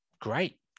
great